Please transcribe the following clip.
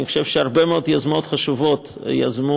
אני חושב שהרבה מאוד יוזמות חשובות יזמו